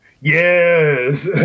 Yes